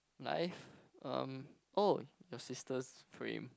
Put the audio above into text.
life um oh your sister's frame